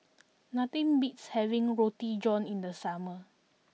nothing beats having Roti John in the summer